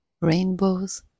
rainbows